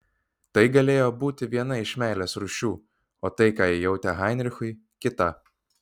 tai galėjo būti viena iš meilės rūšių o tai ką ji jautė heinrichui kita